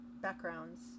backgrounds